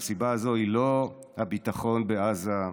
והסיבה הזאת היא לא הביטחון בעזה,